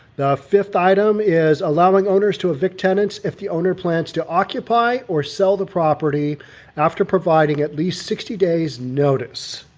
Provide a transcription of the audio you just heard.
the fifth item is allowing owners to evict tenants if the owner plans to occupy or sell the property after providing it least sixty days notice.